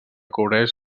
cobreix